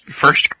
first